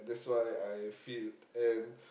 that's why I feel and